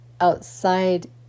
outside